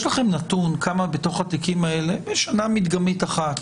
יש לכם נתון כמה בתוך התיקים האלה שנה מדגמית אחת